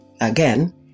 again